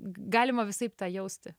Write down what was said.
galima visaip tą jausti